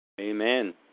Amen